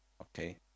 okay